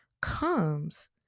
comes